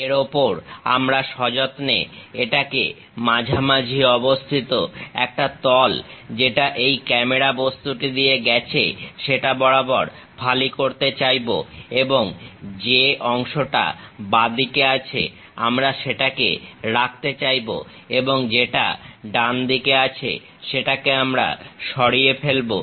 এর ওপর আমরা সযত্নে এটাকে মাঝামাঝি অবস্থিত একটা তল যেটা এই ক্যামেরা বস্তুটি দিয়ে গেছে সেটা বরাবর ফালি করতে চাইবো এবং যে অংশটা বাঁদিকে আছে আমরা সেটাকে রাখতে চাইবো এবং যেটা ডান দিকে আছে সেটাকে আমরা সরিয়ে ফেলবো